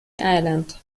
island